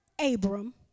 Abram